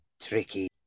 tricky